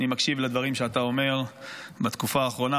אני מקשיב לדברים שאתה אומר בתקופה האחרונה.